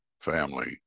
family